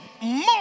more